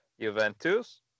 Juventus